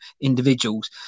individuals